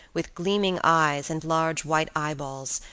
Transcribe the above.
with gleaming eyes and large white eyeballs,